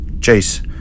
Chase